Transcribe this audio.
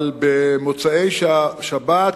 אבל במוצאי שבת